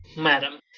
madam,